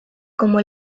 como